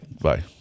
Bye